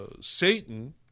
satan